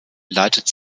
leitet